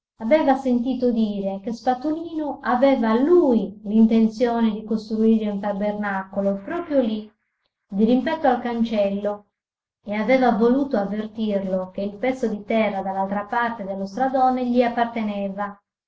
aveva sentito dire che spatolino aveva lui l'intenzione di costruire un tabernacolo proprio lì dirimpetto al cancello e aveva voluto avvertirlo che il pezzo di terra dall'altra parte dello stradone gli apparteneva